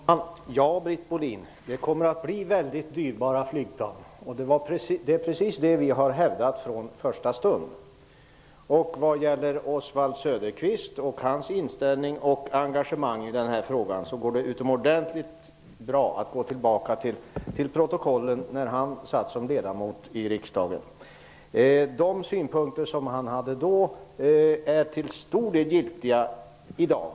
Herr talman! Ja, Britt Bohlin, det kommer att bli väldigt dyrbara flygplan. Det är precis det som vi har hävdat från första stund. När det gäller Oswald Söderqvist och hans inställning och engagemang i denna fråga går det utomordentligt bra att gå tillbaka till protokollen från den tid då han var ledamot av riksdagen. De synpunkter som han då hade är till stor del giltiga i dag.